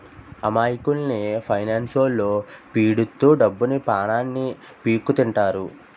అమాయకుల్ని ఫైనాన్స్లొల్లు పీడిత్తు డబ్బుని, పానాన్ని పీక్కుతింటారు